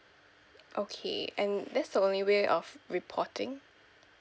okay and that's the only way of reporting